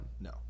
no